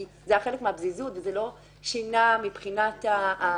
כי זה היה חלק מהפזיזות וזה לא שינה מבחינת העבירה,